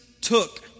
took